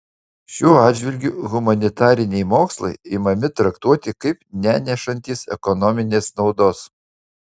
šiuo atžvilgiu humanitariniai mokslai imami traktuoti kaip nenešantys ekonominės naudos